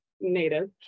Native